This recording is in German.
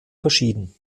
verschieden